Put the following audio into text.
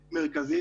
מרכזית,